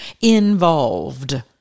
involved